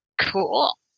cool